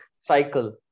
cycle